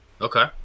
Okay